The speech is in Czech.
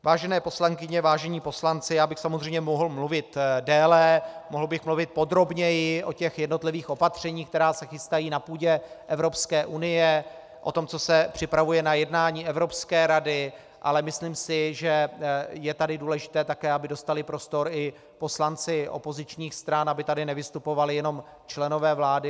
Vážené poslankyně, vážení poslanci, já bych samozřejmě mohl mluvit déle, mohl bych mluvit podrobněji o těch jednotlivých opatřeních, která se chystají na půdě Evropské unie, o tom, co se připravuje na jednání Evropské rady, ale myslím si, že je tady také důležité, aby dostali prostor i poslanci opozičních stran, aby tady nevystupovali jenom členové vlády.